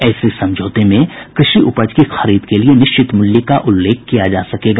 ऐसे समझौते में कृषि उपज की खरीद के लिए निश्चित मूल्य का उल्लेख किया जा सकेगा